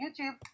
YouTube